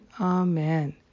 Amen